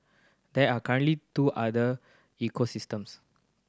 there are currently two other ecosystems